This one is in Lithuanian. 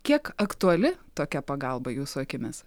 kiek aktuali tokia pagalba jūsų akimis